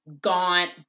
gaunt